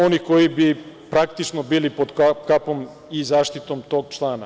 Oni koji bi praktično bili pod kapom i zaštitom tog člana.